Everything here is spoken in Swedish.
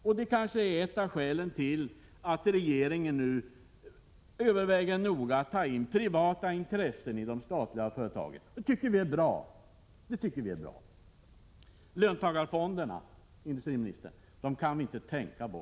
Det är kanske ett av skälen till att regeringen nu noga överväger att ta in privata intressen i de statliga företagen, och det tycker vi är bra. Löntagarfonderna kan vi inte tänka bort, industriministern.